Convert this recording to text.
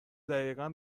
دقیقا